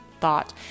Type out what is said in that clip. thought